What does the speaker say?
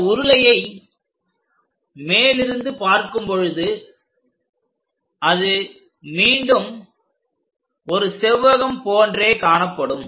இந்த உருளையை மேலிருந்து பார்க்கும் பொழுது அது மீண்டும் ஒரு செவ்வகம் போன்றே காணப்படும்